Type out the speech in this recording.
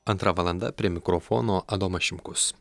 antra valanda prie mikrofono adomas šimkus